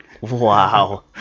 Wow